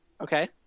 Okay